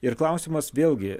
ir klausimas vėlgi